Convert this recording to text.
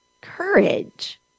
courage